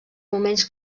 moments